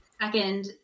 second